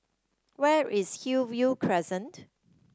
where is Hillview Crescent